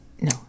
No